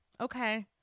okay